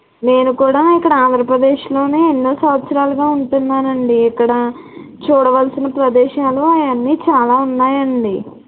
నేను కూడా ఇక్కడ ఆంధ్రప్రదేశ్లోనే ఎన్నో సంవత్సరాలుగా ఉంటున్నానండి ఇక్కడ చూడవలసిన ప్రదేశాలు అయన్ని చాలా ఉన్నాయండి